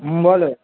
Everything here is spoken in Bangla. হুম বলো